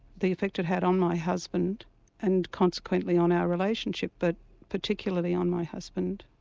the effect it had on my husband and consequently on our relationship but particularly on my husband,